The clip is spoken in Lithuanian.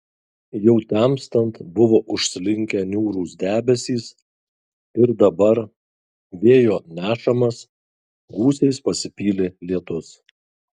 jau temstant buvo užslinkę niūrūs debesys ir dabar vėjo nešamas gūsiais pasipylė lietus